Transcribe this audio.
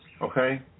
Okay